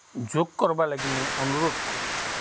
ଯୋଗ୍ କର୍ବାର୍ ଲାଗି ମୁଇଁ ଅନୁରୋଧ କରୁଚେଁ